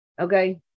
okay